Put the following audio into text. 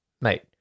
Mate